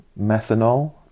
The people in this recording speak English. methanol